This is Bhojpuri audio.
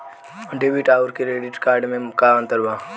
डेबिट आउर क्रेडिट कार्ड मे का अंतर बा?